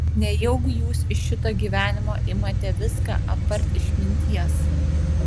nejaugi jūs iš šito gyvenimo imate viską apart išminties